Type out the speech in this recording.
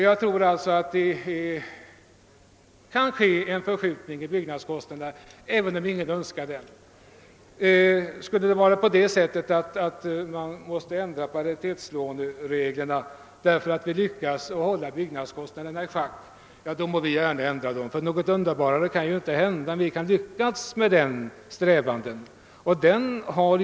Jag tror att det kan bli en förskjutning i byggnadskostnaderna, även om ingen av oss önskar det. Om det är så att vi måste ändra på paritetslånereglerna därför att vi har lyckats hålla byggnadskostnaderna i schack, så må vi göra det, ty något mera underbart kan väl inte hända än att vi lyckas med våra strävanden i det fallet.